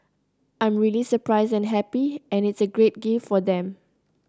I'm really surprised and happy and it's a great gift for them